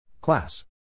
Class